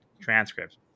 transcripts